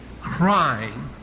crying